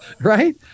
Right